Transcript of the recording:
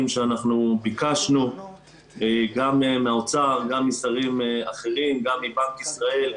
שביקשנו גם מהאוצר גם משרים אחרים גם מבנק ישראל.